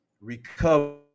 recover